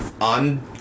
on